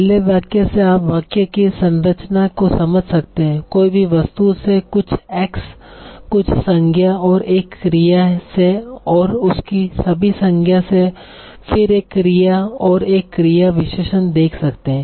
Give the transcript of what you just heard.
पहले वाक्य से आप वाक्य की संरचना को समझ सकते हैं कोई भी वस्तु से कुछ x कुछ संज्ञा और एक क्रिया से और उसकी सभी संज्ञा से फिर एक क्रिया और एक क्रिया विशेषण देख सकते है